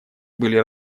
были